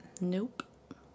Nope